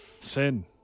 Sin